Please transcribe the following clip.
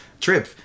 trip